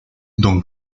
don